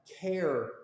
care